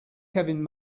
kevin